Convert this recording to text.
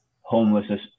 homelessness